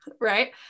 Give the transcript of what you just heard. right